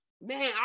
man